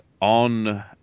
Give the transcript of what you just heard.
on